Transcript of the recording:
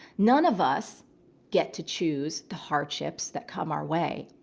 none of us get to choose the hardships that come our way,